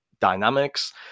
dynamics